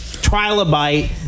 trilobite